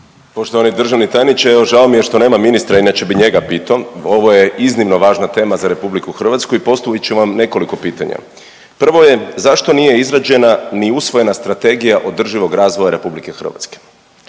Poštovani državni tajniče, evo žao mi je što nema ministra, inače bi njega pitao, ovo je iznimno važna tema za RH i postavit ću vam nekoliko pitnja. Prvo je, zašto nije izrađena ni usvojena Strategija održivog razvoja RH, a